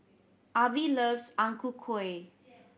Avie loves Ang Ku Kueh